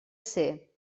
ser